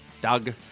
Doug